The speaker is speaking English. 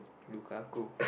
Lukaku